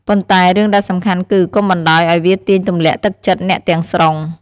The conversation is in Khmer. ប៉ុន្តែ រឿងដែលសំខាន់គឺ កុំបណ្តោយឲ្យវាទាញទម្លាក់ទឹកចិត្តអ្នកទាំងស្រុង។